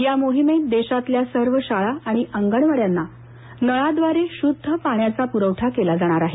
या मोहिमेत देशातल्या सर्व शाळा आणि अंगणवाड्यांना नळाद्वारे शुद्ध पाण्याचा पुरवठा केला जाणार आहे